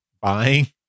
buying